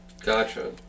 Gotcha